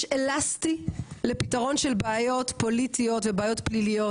אלסטי לפתרון של בעיות פוליטיות ובעיות פליליות,